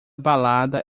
balada